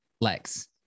lex